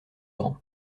grand